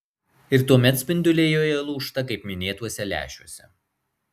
ir tuomet spinduliai joje lūžta kaip minėtuose lęšiuose